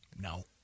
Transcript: No